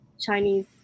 Chinese